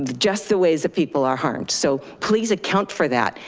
just the ways that people are harmed, so please account for that,